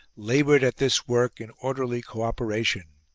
laboured at this work in orderly co-operation,